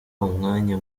umwanya